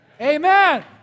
Amen